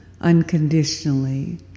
Unconditionally